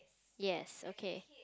yes okay